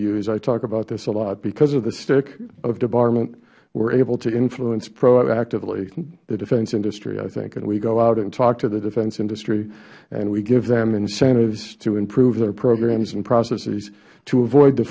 use i talk about this a lot because of the stick of debarment we are able to influence proactively the defense industry i think we go out and talk to the defense industry and we give them incentives to improve their programs and processes to avoid the